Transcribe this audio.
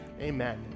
Amen